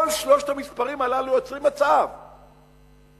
כל שלושת המספרים הללו יוצרים מצב כלכלי.